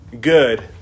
good